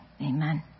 amen